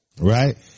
right